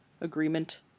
agreement